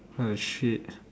what the shit